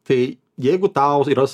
tai jeigu tau tai yra